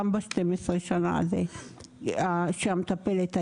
גם ב-12 השנים האלו כשהמטפלת הייתה.